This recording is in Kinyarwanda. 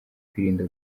kwirinda